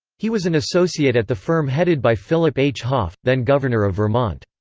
he was an associate at the firm headed by philip h. hoff, then governor of vermont.